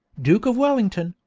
duke of wellington,